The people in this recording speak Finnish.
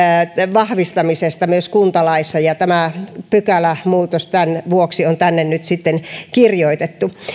vahvistamisesta myös kuntalaissa ja tämä pykälämuutos tämän vuoksi on tänne nyt sitten kirjoitettu